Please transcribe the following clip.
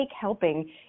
helping